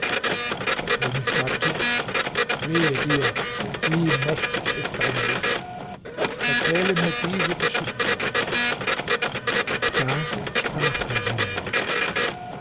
der könig sagte wehe dir wie mächtig ist deine list erzähle mir diese geschichte noch da sprach der jüngling